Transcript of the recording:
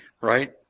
right